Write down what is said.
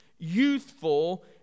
youthful